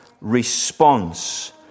response